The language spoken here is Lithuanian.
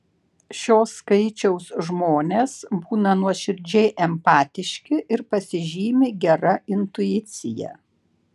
šio skaičiaus žmonės būna nuoširdžiai empatiški ir pasižymi gera intuicija